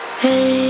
Hey